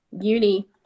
uni